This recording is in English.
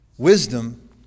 wisdom